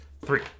three